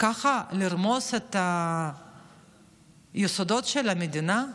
ככה לרמוס את היסודות של המדינה?